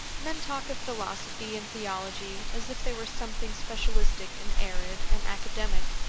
men talk of philosophy and theology as if they were something specialistic and arid and academic.